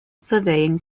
surveying